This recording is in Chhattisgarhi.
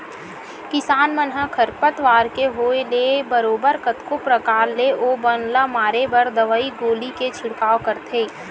किसान मन ह खरपतवार के होय ले बरोबर कतको परकार ले ओ बन ल मारे बर दवई गोली के छिड़काव करथे